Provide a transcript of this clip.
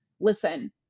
listen